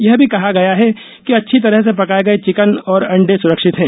यह भी कहा गया है कि अच्छी तरह से पकाए गए चिकन और अंडे सुरक्षित है